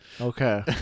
Okay